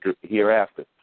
hereafter